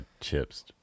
chips